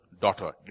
daughter